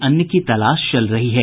अन्य की तलाश चल रही है